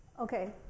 Okay